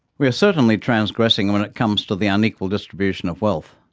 we are certainly transgressing and when it comes to the unequal distribution of wealth.